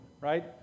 right